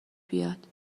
بیاد